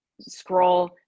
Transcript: scroll